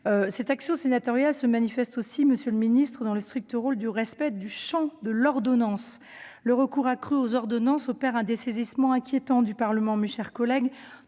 Cette action sénatoriale se manifeste aussi, monsieur le ministre, dans le strict respect du champ de l'ordonnance. Le recours accru aux ordonnances opère un dessaisissement inquiétant du Parlement. Mes chers collègues,